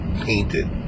painted